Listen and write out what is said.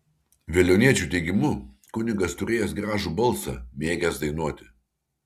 veliuoniečių teigimu kunigas turėjęs gražų balsą mėgęs dainuoti